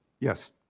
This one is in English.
Yes